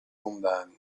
mondani